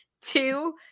Two